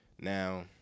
Now